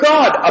God